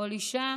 כל אישה